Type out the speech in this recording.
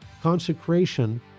consecration